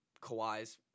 Kawhi's